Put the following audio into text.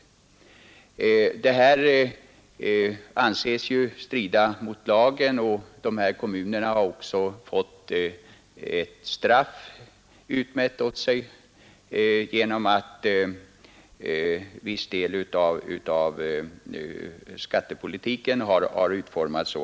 Detta anses strida mot lagen, och dessa kommuner har också fått ett straff utmätt åt sig genom att viss del av skatteutjämningsbidraget innehållits.